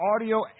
audio